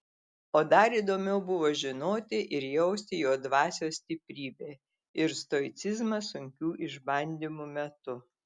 o dar įdomiau buvo žinoti ir jausti jo dvasios stiprybę ir stoicizmą sunkių išbandymų metu